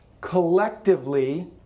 collectively